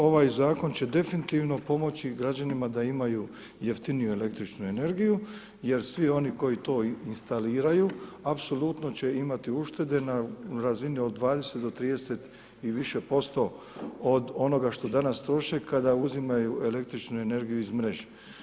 Ovaj zakon će definitivno pomoći građanima da imaju jeftiniju električnu energiju jer svi oni koji to instaliraju apsolutno će imati uštede na razini od 20 do 30 i više posto od onoga što danas troše kada uzimaju električnu energiju iz mreže.